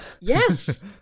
Yes